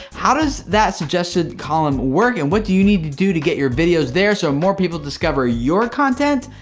how does that suggestion column work and what do you need to do to get your videos there so more people discover your content?